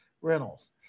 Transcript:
rentals